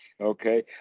Okay